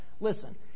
Listen